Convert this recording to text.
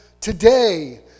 today